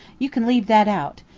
you can leave that out.